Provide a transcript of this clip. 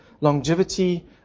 longevity